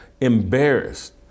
embarrassed